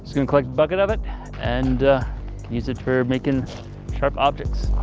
gonna collect a bucket of it and use it for making sharp objects.